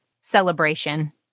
celebration